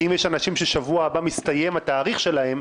כי אם יש אנשים ששבוע הבא מסתיים התאריך שלהם,